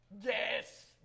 Yes